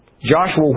Joshua